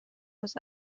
aus